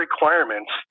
requirements